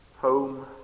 Home